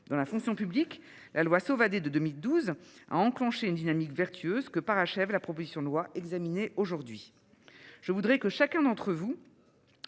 dans la fonction publique, la loi Sauvadet de 2012 à enclencher une dynamique vertueuse que parachève la proposition de loi examiné aujourd'hui. Je voudrais que chacun d'entre vous.